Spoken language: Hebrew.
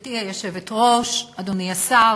גברתי היושבת-ראש, אדוני השר,